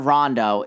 Rondo